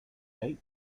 date